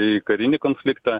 į karinį konfliktą